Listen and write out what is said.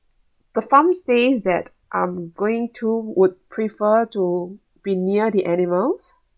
the farm stay that I'm going to would prefer to be near the animals